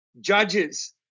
judges